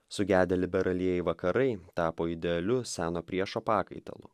sugedę liberalieji vakarai tapo idealiu seno priešo pakaitalu